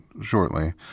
shortly